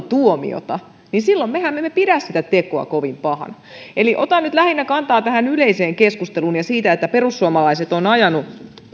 tuomiota niin mehän emme silloin pidä sitä tekoa kovin pahana otan nyt lähinnä kantaa tähän yleiseen keskusteluun ja siihen että perussuomalaiset ovat